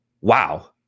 wow